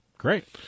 Great